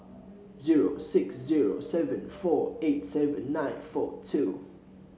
zero six zero seven four eight seven nine four two